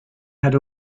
had